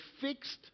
fixed